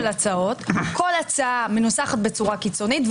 הצעות שכל הצעה מנוסחת בצורה קיצונית,